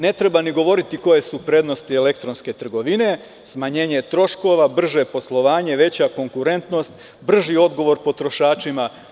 Ne treba ni govoriti koje su prednosti elektronske trgovine - smanjenje troškova, brže poslovanje, veća konkurentnost, brži odgovor potrošačima.